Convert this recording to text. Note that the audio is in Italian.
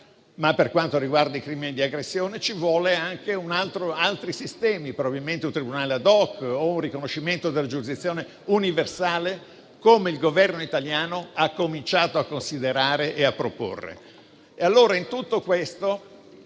Per quanto riguarda però i crimini di aggressione, ci vogliono anche altri sistemi, come probabilmente un tribunale *ad hoc* o un riconoscimento della giurisdizione universale, come il Governo italiano ha cominciato a considerare e a proporre.